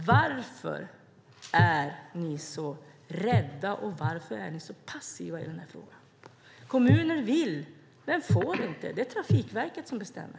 Varför är ni så rädda och så passiva i den här frågan? Kommuner vill men får inte - det är Trafikverket som bestämmer.